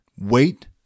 wait